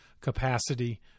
capacity